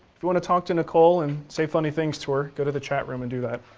if you want to talk to nicole and say funny things to her, go to the chat room and do that.